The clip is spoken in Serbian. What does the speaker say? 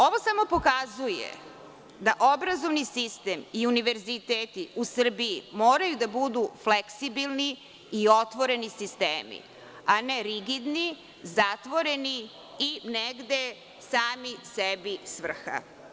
Ovo samo pokazuje da obrazovni sistem i univerziteti u Srbiji moraju da budu fleksibilni i otvoreni sistemi, a ne rigidni, zatvoreni i negde sami sebi svrha.